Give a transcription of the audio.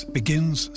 begins